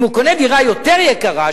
אם הוא קונה דירה יותר יקרה,